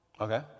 Okay